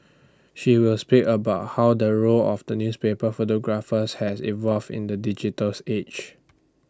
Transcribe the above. she will speak about how the role of the newspaper photographers has evolved in the digital age